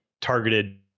targeted